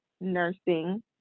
nursing